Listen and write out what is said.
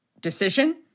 decision